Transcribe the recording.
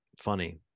funny